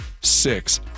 six